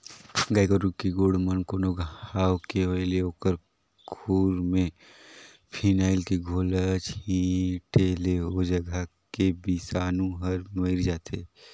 गाय गोरु के गोड़ म कोनो घांव के होय ले ओखर खूर में फिनाइल के घोल ल छींटे ले ओ जघा के बिसानु हर मइर जाथे